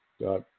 got